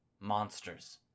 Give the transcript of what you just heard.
monsters